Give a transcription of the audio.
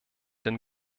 den